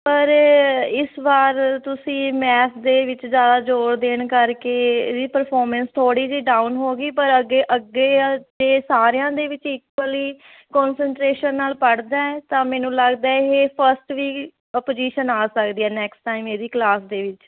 ਪਰ ਇਸ ਵਾਰ ਤੁਸੀਂ ਮੈਥ ਦੇ ਵਿੱਚ ਜ਼ਿਆਦਾ ਜ਼ੋਰ ਦੇਣ ਕਰਕੇ ਇਹ ਇਹਦੀ ਪਰਫੋਰਮੈਂਸ ਥੋੜ੍ਹੀ ਜਿਹੀ ਡਾਊਨ ਹੋ ਗਈ ਪਰ ਅੱਗੇ ਅੱਗੇ ਸਾਰਿਆਂ ਦੇ ਵਿੱਚ ਇਕੁਅਲੀ ਕੋਂਨਸਟਰੇਸ਼ਨ ਨਾਲ ਪੜ੍ਹਦਾ ਤਾਂ ਮੈਨੂੰ ਲੱਗਦਾ ਇਹ ਫਸਟ ਵੀ ਪੋਜੀਸ਼ਨ ਆ ਸਕਦੀ ਹੈ ਨੈਕਸਟ ਟਾਈਮ ਇਹਦੀ ਕਲਾਸ ਦੇ ਵਿੱਚ